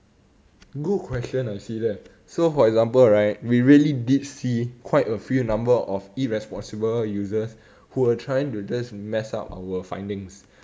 good question I see there so for example right we really did see quite a few number of irresponsible users who are trying to just mess up our findings